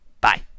Bye